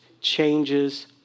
changes